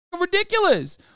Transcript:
ridiculous